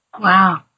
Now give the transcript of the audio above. wow